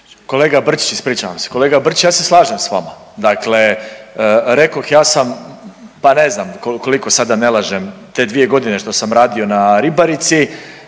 kolega Brčić ispričavam se. Kolega Brčić ja se slažem sa vama. Dakle, rekoh ja sam pa ne znam koliko sad da ne lažem te dvije godine što sam radio na ribarici